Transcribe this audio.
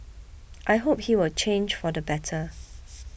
I hope he will change for the better